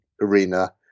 arena